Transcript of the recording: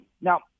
Now